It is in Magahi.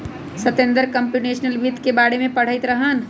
सतेन्दर कमप्यूटेशनल वित्त के बारे में पढ़ईत रहन